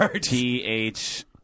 T-H